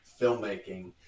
filmmaking